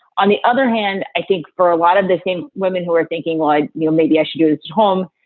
on the other hand, i think for a lot of the same women who are thinking like, you know, maybe i should go home.